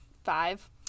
Five